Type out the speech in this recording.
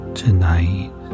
tonight